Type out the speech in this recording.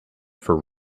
for